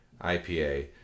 IPA